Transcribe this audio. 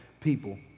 people